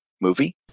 movie